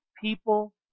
People